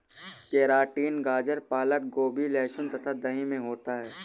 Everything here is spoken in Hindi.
केराटिन गाजर पालक गोभी लहसुन तथा दही में होता है